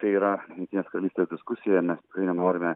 tai yra jungtinės karalystės diskusija mes tikrai nenorime